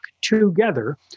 together